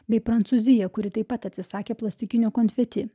bei prancūzija kuri taip pat atsisakė plastikinio konfeti